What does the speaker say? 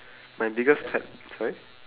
my biggest pet sorry